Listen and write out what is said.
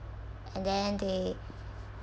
and then they